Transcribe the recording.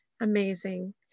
Amazing